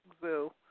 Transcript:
zoo